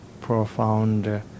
profound